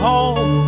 home